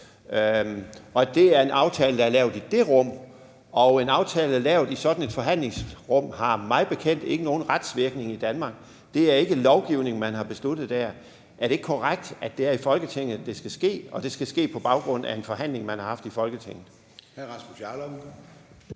år. Det er en aftale, der er lavet i det rum, og en aftale lavet i sådan et forhandlingsrum har mig bekendt ikke nogen retsvirkning i Danmark. Det er ikke lovgivning, man har besluttet der. Er det ikke korrekt, at det er i Folketinget, det skal ske, og at det skal ske på baggrund af en forhandling, man har haft i Folketinget?